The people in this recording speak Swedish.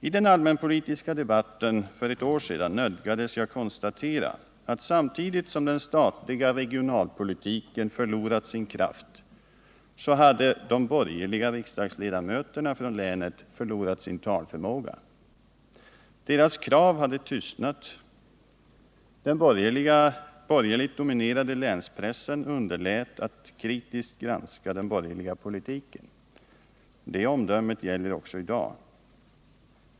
I den allmänpolitiska debatten för ett år sedan nödgades jag konstatera att samtidigt som den statliga regionalpolitiken förlorat sin kraft hade de borgerliga riksdagsledamöterna från länet förlorat sin talförmåga. Deras krav hade tystnat. Den borgerligt dominerade länspressen underlät att kritiskt granska den borgerliga politiken. Detta omdöme gäller också i dag.